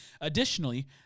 Additionally